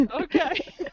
Okay